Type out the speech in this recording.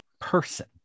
person